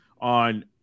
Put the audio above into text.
on